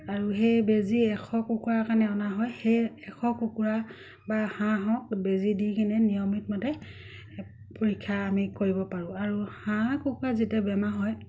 আৰু সেই বেজী এশ কুকুৰাৰ কাৰণে অনা হয় সেই এশ কুকুৰা বা হাঁহক বেজী দি কিনে নিয়মিত মতে পৰীক্ষা আমি কৰিব পাৰোঁ আৰু হাঁহ কুকুৰা যেতিয়া বেমাৰ হয়